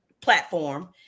platform